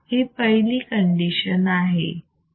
ही पहिली कंडिशन आहे